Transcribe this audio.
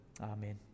Amen